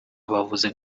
abavuzi